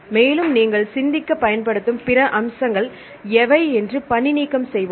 மேலும் நீங்கள் சிந்திக்க பயன்படுத்தும் பிற அம்சங்கள் எவை என்று பணிநீக்கம் செய்வோம்